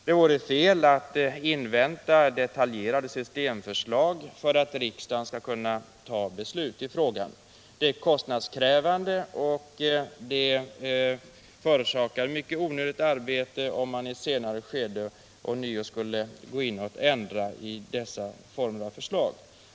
Det vore fel att invänta detaljerade systemförslag för att riksdagen skall kunna fatta beslut i frågan. Det vore kostnadskrävande och det skulle förorsaka mycket onödigt arbete, om man i ett senare skede ånyo skulle gå in och ändra i dessa förslag.